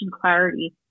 clarity